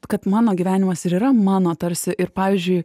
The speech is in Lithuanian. kad mano gyvenimas ir yra mano tarsi ir pavyzdžiui